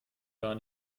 gar